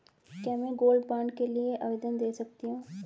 क्या मैं gold bond के लिए आवेदन दे सकती हूँ?